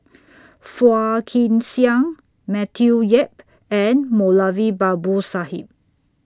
Phua Kin Siang Matthew Yap and Moulavi Babu Sahib